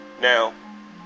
Now